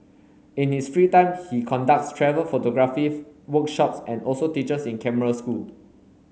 in his free time he conducts travel photography workshops and also teaches in camera school